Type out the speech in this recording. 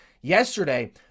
yesterday